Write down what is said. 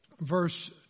Verse